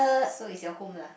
so it's your home lah